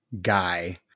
guy